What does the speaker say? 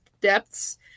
depths